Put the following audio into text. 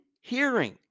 hearing